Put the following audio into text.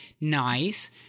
Nice